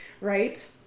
right